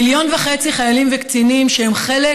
מיליון וחצי חיילים וקצינים שהם חלק